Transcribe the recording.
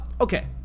okay